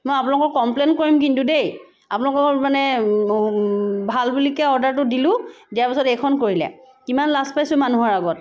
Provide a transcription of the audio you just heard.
মই আপোনলোকক কমপ্লেইণ্ট কৰিম কিন্তু দেই আপোনলোকৰ মানে ভাল বুলিকৈ অৰ্ডাৰটো দিলোঁ দিয়া পিছত এইখন কৰিলে কিমান লাজ পাইছোঁ মানুহৰ আগত